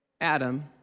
Adam